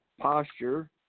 posture